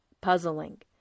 Puzzling